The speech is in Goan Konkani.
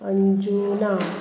अंजुना